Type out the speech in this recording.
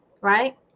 right